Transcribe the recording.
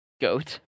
Goat